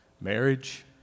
Marriage